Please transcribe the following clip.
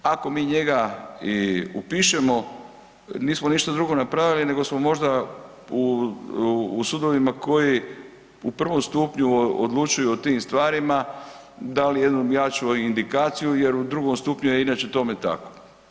Ako mi njega i upišemo nismo ništa drugo napravili nego smo možda u sudovima koji u prvom stupnju odlučuju o tim stvarima dali jednu jaču indikaciju jer u drugom stupnju je inače tome tako.